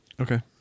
Okay